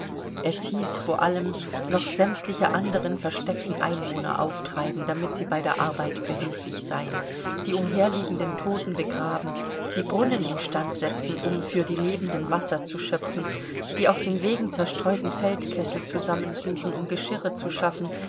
es hieß vor allem noch sämtliche anderen versteckten einwohner auftreiben damit sie bei der arbeit behilflich seien die umherliegenden toten begraben die brunnen in stand setzen um für die lebenden wasser zu schöpfen die auf den wegen zerstreuten feldkessel zusammensuchen um geschirre zu schaffen